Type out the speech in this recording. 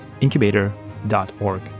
incubator.org